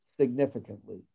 significantly